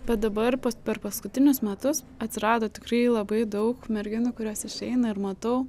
bet dabar per paskutinius metus atsirado tikrai labai daug merginų kurios išeina ir matau